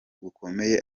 gukomeye